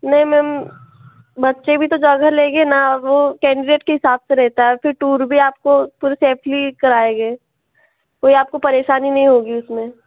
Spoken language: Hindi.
नो मैम बच्चे भी तो जगह लेंगे न वो कैंडीडेट के हिसाब से रहता है और फिर टूर भी आपको पूरे सेफ़ली कराएगे कोई आपको परेशानी नहीं होगी उसमें